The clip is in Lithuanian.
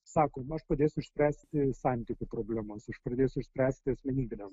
sako na aš padėsiu išspręsti santykių problemas aš padėsiu išspręsti asmenybines